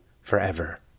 forever